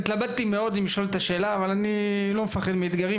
התלבטתי מאוד אם לשאול את השאלה אבל אני לא מפחד מאתגרים